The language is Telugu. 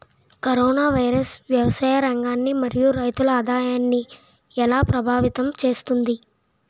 కరోనా వైరస్ వ్యవసాయ రంగాన్ని మరియు రైతుల ఆదాయాన్ని ఎలా ప్రభావితం చేస్తుంది?